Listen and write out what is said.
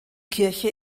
kirche